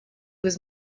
was